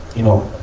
you know,